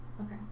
Okay